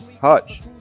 Hutch